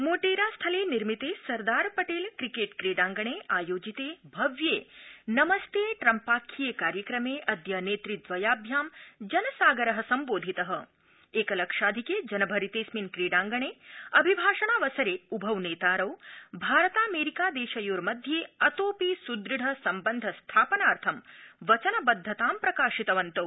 मोटेरास्थले निर्मिते सरदार पटेल क्रिकेट क्रीडांगणे आयोजिते भव्ये नमस्ते ट्रम्पाख्ये कार्यक्रमे अद्य नेतुद्वयाभ्यां जनसागर सम्बोधित एकलक्षाधिके जनभरितेऽस्मिन् क्रीडांगणे अभिभाषणावसरे उभौ नेतारौ भारतामेरिकादेशयोर्मध्ये अतोऽपि सुदुढ सम्बंध स्थापनाथं वचनबद्धतां प्रकाशितवन्तौ